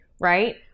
right